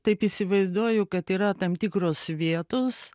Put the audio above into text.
taip įsivaizduoju kad yra tam tikros vietos